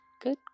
Good